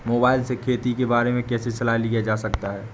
Mobile से खेती के बारे कैसे सलाह लिया जा सकता है?